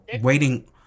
waiting